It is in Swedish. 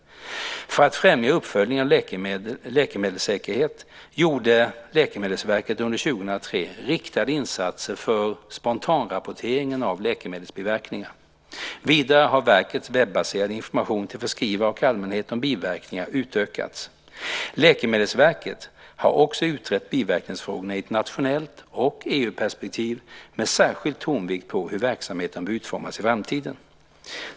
För att främja uppföljningen av läkemedels säkerhet gjorde Läkemedelsverket under 2003 riktade insatser för spontanrapporteringen av läkemedelsbiverkningar. Vidare har verkets webbaserade information till förskrivare och allmänhet om biverkningar utökats. Läkemedelsverket har också utrett biverkningsfrågorna i ett nationellt perspektiv och i EU-perspektiv med särskild tonvikt på hur verksamheten bör utformas i framtiden.